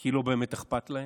כי לא באמת אכפת להם,